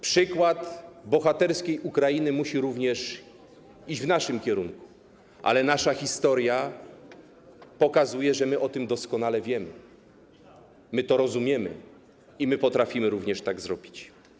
Przykład bohaterskiej Ukrainy musi również oddziaływać na nas, musi to iść w tym kierunku, ale nasza historia pokazuje, że my o tym doskonale wiemy, my to rozumiemy i my potrafimy również tak zrobić.